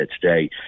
today